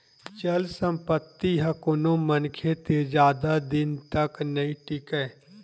चल संपत्ति ह कोनो मनखे तीर जादा दिन तक नइ टीकय